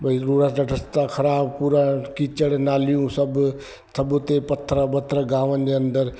भाई रोड रस्ता ख़राबु पूरा कीचड़ नालियूं सभु सभु उते पतल ॿतल गांव जे अंदरि